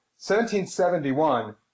1771